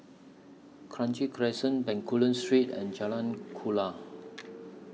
Kranji Crescent Bencoolen Street and Jalan Kuala